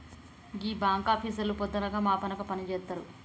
గీ బాంకాపీసర్లు పొద్దనక మాపనక పనిజేత్తరు